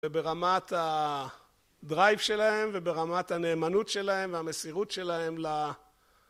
וברמת הדרייב שלהם וברמת הנאמנות שלהם והמסירות שלהם ל...